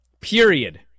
Period